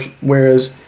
Whereas